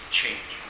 change